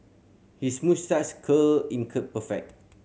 his moustache curl in curl perfect